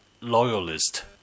loyalist